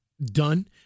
done